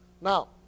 now